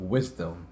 Wisdom